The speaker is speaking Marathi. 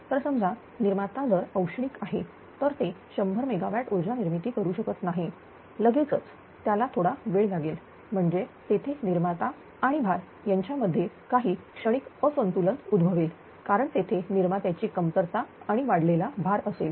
तर समजा निर्माता जर औष्णिक आहे तर ते 100 MWऊर्जा निर्मिती करू शकत नाही लगेचच त्याला थोडा वेळ लागेलम्हणजे तेथे निर्माता आणि भार यांच्यामध्ये काही क्षणिक असंतुलन उद्भवेल कारण तेथे निर्मात्याची कमतरता आणि वाढलेला भार असेल